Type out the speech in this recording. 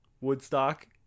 Woodstock